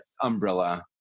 umbrella